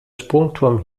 sprungturm